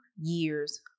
years